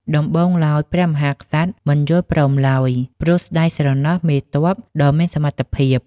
ដំបូងឡើយ ព្រះមហាក្សត្រមិនយល់ព្រមឡើយ ព្រោះស្ដាយស្រណោះមេទ័ពដ៏មានសមត្ថភាព។